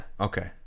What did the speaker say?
Okay